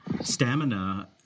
stamina